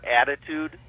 attitude